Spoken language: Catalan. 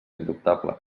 indubtable